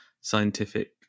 scientific